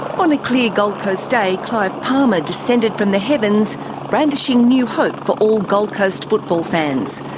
on a clear gold coast day, clive palmer descended from the heavens brandishing new hope for all gold coast football fans.